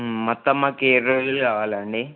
మొత్తం మాకు ఏడు రోజులు కావాలండి